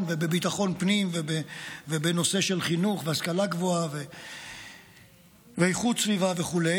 ובביטחון פנים ובנושא של חינוך והשכלה גבוהה ואיכות סביבה וכו'.